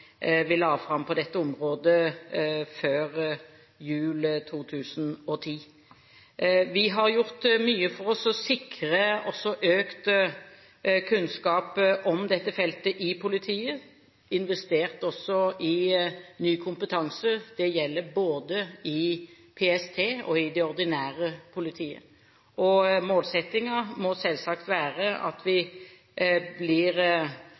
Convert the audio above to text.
vi la fram på dette området før jul i 2010. Vi har gjort mye for å sikre også økt kunnskap om dette feltet i politiet, og også investert i ny kompetanse – det gjelder både i PST og i det ordinære politiet. Målsettingen må selvsagt være at vi blir